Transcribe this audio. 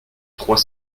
trois